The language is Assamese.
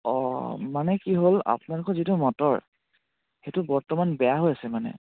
অঁ মানে কি হ'ল আপোনালোকৰ যিটো মটৰ সেইটো বৰ্তমান বেয়া হৈ আছে মানে